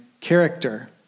character